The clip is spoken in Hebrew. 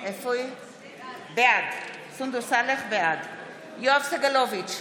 בעד יואב סגלוביץ'